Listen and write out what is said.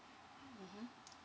mmhmm